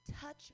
touch